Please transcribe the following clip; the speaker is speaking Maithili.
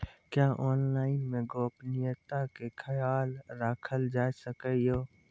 क्या ऑनलाइन मे गोपनियता के खयाल राखल जाय सकै ये?